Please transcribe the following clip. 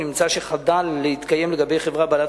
אם נמצא שחדל להתקיים לגבי חברה בעלת